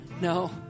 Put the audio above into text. no